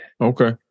Okay